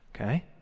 Okay